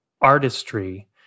artistry